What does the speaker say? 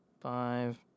five